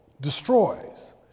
destroys